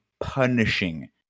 punishing